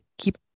keep